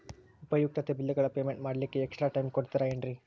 ಉಪಯುಕ್ತತೆ ಬಿಲ್ಲುಗಳ ಪೇಮೆಂಟ್ ಮಾಡ್ಲಿಕ್ಕೆ ಎಕ್ಸ್ಟ್ರಾ ಟೈಮ್ ಕೊಡ್ತೇರಾ ಏನ್ರಿ?